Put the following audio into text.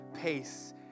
pace